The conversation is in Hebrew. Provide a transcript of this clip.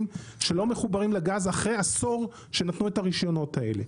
שלא מחוברים לגז אחרי עשור שנתנו את הרישיונות האלה.